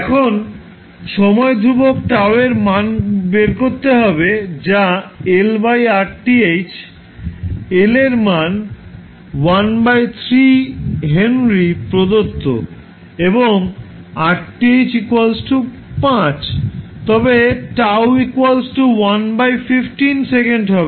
এখন সময় ধ্রুবক τ এর মান বের করতে হবে যা L RTh L এর মান 1 3H প্রদত্ত এবং RTh 5 তবে τ 115 সেকেন্ড হবে